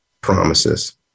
promises